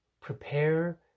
Prepare